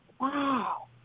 wow